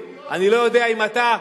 בכבודה האישית,